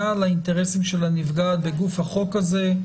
על האינטרסים של הנפגעת בגוף החוק הזה,